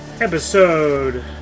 Episode